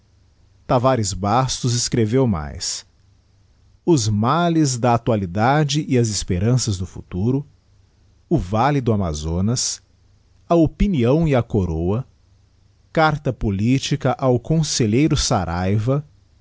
tavares bastos escreveu mais os males da actualidade e as esperanças do futuro o valle do amaaonas a opinião e a coroa carta politica ao conselheiro saraiva